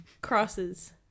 crosses